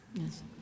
Yes